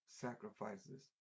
sacrifices